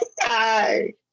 Hi